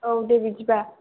औ दे बिदिबा